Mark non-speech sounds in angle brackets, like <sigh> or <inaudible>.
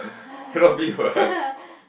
<laughs>